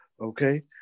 okay